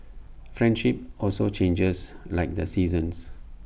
friendship also changes like the seasons